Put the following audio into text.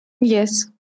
Yes